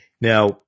Now